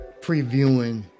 Previewing